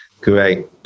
great